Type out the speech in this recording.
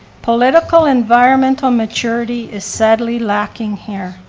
political environmental maturity is sadly lacking here.